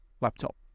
laptop